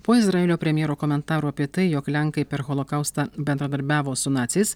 po izraelio premjero komentaro apie tai jog lenkai per holokaustą bendradarbiavo su naciais